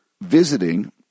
visiting